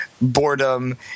boredom